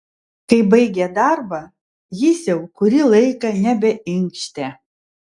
kai baigė darbą jis jau kurį laiką nebeinkštė